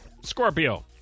Scorpio